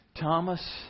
Thomas